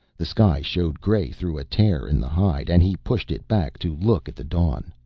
the sky showed gray through a tear in the hide and he pushed it back to look at the dawn.